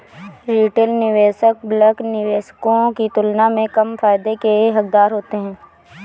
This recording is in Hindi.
रिटेल निवेशक बल्क निवेशकों की तुलना में कम फायदे के हक़दार होते हैं